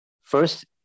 First